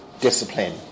discipline